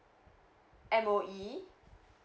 M_O_E